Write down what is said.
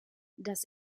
das